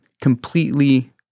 completely